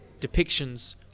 depictions